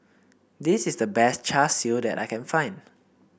this is the best Char Siu that I can find